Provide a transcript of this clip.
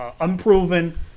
unproven